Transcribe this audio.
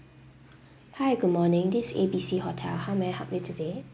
hi good morning this A B C hotel how may I help me today